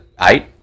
eight